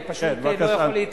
אני פשוט לא יכול להתרכז.